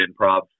improv